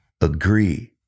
Agree